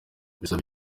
bisaba